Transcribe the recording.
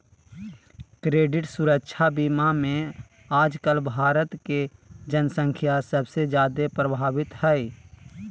credit सुरक्षा बीमा मे आजकल भारत के जन्संख्या सबसे जादे प्रभावित हय